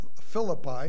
Philippi